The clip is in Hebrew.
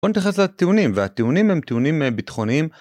בוא נתייחס לטיעונים, והטיעונים הם טיעונים ביטחוניים